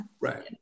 right